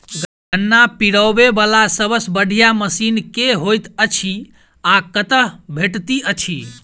गन्ना पिरोबै वला सबसँ बढ़िया मशीन केँ होइत अछि आ कतह भेटति अछि?